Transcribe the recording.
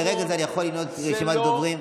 ברגע זה אני יכול לנעול את רשימת הדוברים.